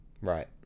Right